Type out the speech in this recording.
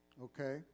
Okay